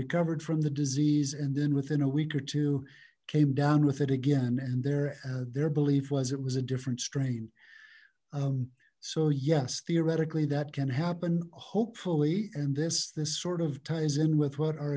recovered from the disease and then within a week or two came down with it again and there their belief was it was a different strain so yes theoretically that can happen hopefully and this this sort of ties in with what our